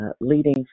leading